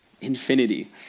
infinity